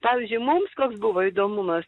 pavyzdžiui mums koks buvo įdomumas